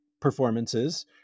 performances